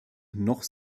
noch